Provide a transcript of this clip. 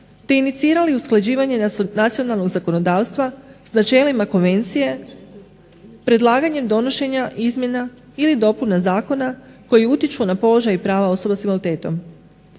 tehnicirali usklađivanje nacionalnog zakonodavstva s načelima konvencije. Predlaganjem donošenja izmjena ili dopuna zakona koji utječu na položaj i prava osoba s invaliditetom.